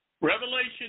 Revelation